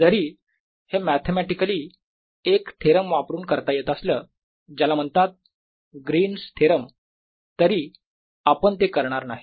जरी हे मॅथेमॅटिकली एक थेरम वापरून करता येत असलं ज्याला म्हणतात ग्रीन्स थेरम तरी आपण ते करणार नाही